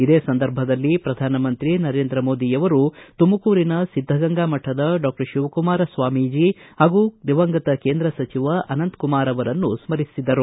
ಇದೇ ಸಂದರ್ಭದಲ್ಲಿ ಪ್ರಧಾನ ಮಂತ್ರಿ ನರೇಂದ್ರ ಮೋದಿಯವರು ತುಮಕೂರಿನ ಸಿದ್ದಗಂಗಾ ಮಠದ ಡಾಕ್ಷರ್ ಶಿವಕುಮಾರ ಸ್ನಾಮೀಜ ಹಾಗೂ ದಿವಂಗತ ಕೇಂದ್ರ ಸಚಿವ ಅನಂತಕುಮಾರ ಅವರನ್ನು ಸ್ಥರಿಸಿದರು